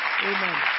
Amen